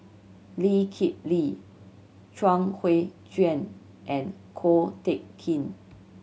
Lee Kip Lee Chuang Hui Tsuan and Ko Teck Kin